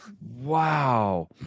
Wow